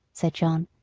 said john.